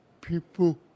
people